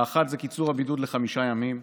האחת, קיצור הבידוד לחמישה ימים.